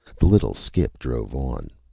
the little skip drove on.